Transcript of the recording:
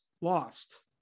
lost